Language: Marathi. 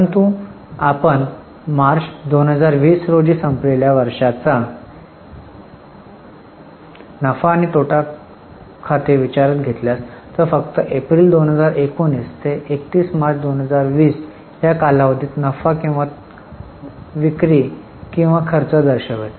परंतु आपण मार्च 2020 रोजी संपलेल्या वर्षाचा नफा आणि तोटा खाते विचारात घेतल्यास तो फक्त एप्रिल 2019 ते 31 मार्च 2020 या कालावधीत नफा किंवा विक्री किंवा खर्च दर्शवेल